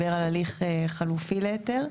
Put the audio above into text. הליך חלופי להיתר,